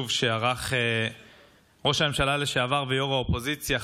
שערך ראש הממשלה לשעבר וראש האופוזיציה,